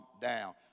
down